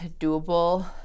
doable